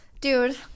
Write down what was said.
dude